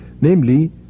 namely